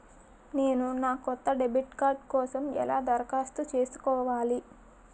నేను నా కొత్త డెబిట్ కార్డ్ కోసం ఎలా దరఖాస్తు చేసుకోవాలి?